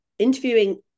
interviewing